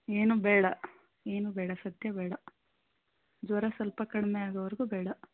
ಏನು ಬೇಡ ಏನು ಬೇಡ ಸದ್ಯ ಬೇಡ ಜ್ವರ ಸ್ವಲ್ಪ ಕಡಿಮೆ ಆಗೋವರೆಗೂ ಬೇಡ